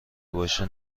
باشه